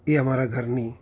એ અમારા ઘરની